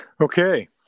Okay